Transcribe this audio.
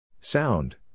Sound